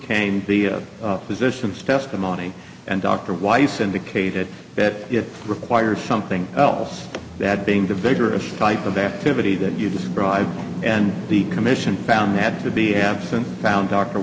came the physician's testimony and dr weiss indicated that it requires something else that being the vigorous type of activity that you described and the commission found that to be absent found dr